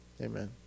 amen